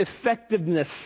effectiveness